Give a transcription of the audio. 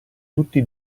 tutti